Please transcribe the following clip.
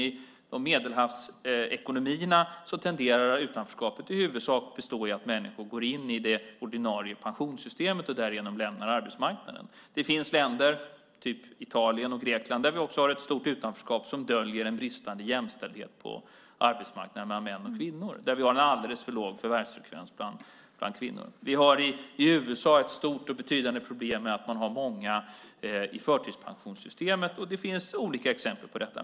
I Medelhavsekonomierna tenderar utanförskapet att i huvudsak bestå i att människor går in i det ordinarie pensionssystemet och därmed lämnar arbetsmarknaden. Det finns länder som Italien och Grekland där vi har ett stort utanförskap som döljer en bristande jämställdhet mellan män och kvinnor på arbetsmarknaden och där vi har en alldeles för låg förvärvsfrekvens bland kvinnor. I USA har vi ett stort och betydande problem med att många är i förtidspensionssystemet. Det finns olika exempel på detta.